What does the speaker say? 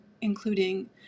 including